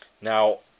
Now